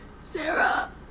Sarah